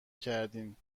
کردین